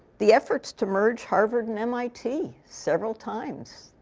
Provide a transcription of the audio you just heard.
the efforts to merge harvard and mit, several times.